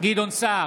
גדעון סער,